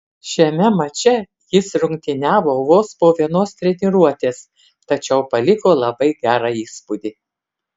šiame mače jis rungtyniavo vos po vienos treniruotės tačiau paliko labai gerą įspūdį